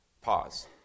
Pause